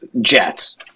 Jets